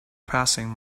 passing